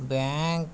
bank